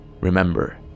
Remember